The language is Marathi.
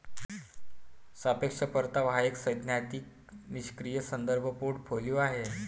सापेक्ष परतावा हा एक सैद्धांतिक निष्क्रीय संदर्भ पोर्टफोलिओ आहे